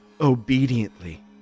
Obediently